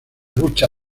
lucha